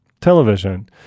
television